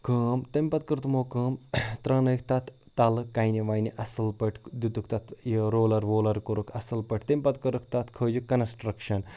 کٲم تَمہِ پَتہٕ کٔر تمو کٲم ترٛاونٲیِکھ تَتھ تَلہٕ کَنہِ وَنہِ اَصٕل پٲٹھۍ دِتُکھ تَتھ یہِ رولَر وولَر کوٚرُکھ اَصٕل پٲٹھۍ تٔمۍ پَتہٕ کٔرٕکھ تَتھ کھٲجِکھ کَنَسٹرٛکشَن